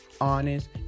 honest